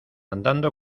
andando